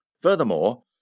Furthermore